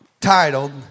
titled